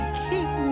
keep